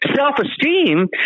Self-esteem